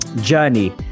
journey